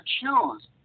choose